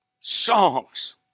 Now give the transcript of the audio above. songs